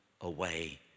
away